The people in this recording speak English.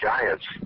Giants